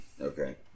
okay